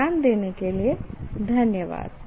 ध्यान देने के लिये धन्यवाद